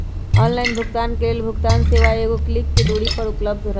online भुगतान के लेल भुगतान सेवा एगो क्लिक के दूरी पर उपलब्ध हइ